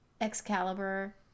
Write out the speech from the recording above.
Excalibur